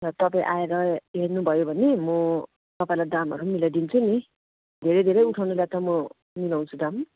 र तपाईँ आएर हेर्नुभयो भने म तपाईँलाई दामहरू पनि मिलाइदिन्छु नि धेरै धेरै उठाउनेलाई त म मिलाउँछु दाम